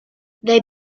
they